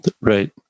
Right